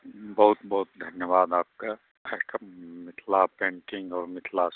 बहुत बहुत धन्यवाद आपके मिथिला पेण्टिङ्ग आओर मिथिला